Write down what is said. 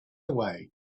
away